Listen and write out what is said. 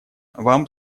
вам